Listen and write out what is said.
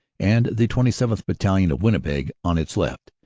and the twenty seventh. battalion, of winnipeg, on its left.